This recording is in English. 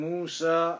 Musa